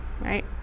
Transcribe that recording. right